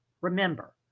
Remember